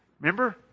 Remember